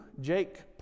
Jake